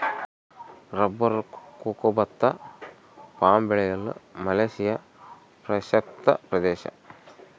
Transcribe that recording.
rubber cocoa ಭತ್ತ palm ಬೆಳೆಯಲು Malaysia ಪ್ರಸಕ್ತ ಪ್ರದೇಶ